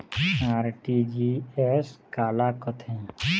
RTGS काला कथें?